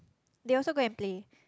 they also go and play